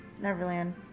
Neverland